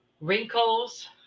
wrinkles